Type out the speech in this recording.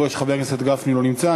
אני רואה שחבר הכנסת גפני לא נמצא.